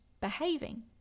behaving